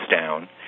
down